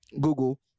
Google